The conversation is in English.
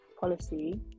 policy